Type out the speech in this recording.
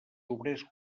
obrers